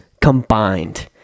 combined